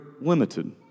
limited